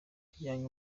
bajyanye